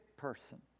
person